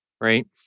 Right